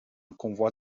convoi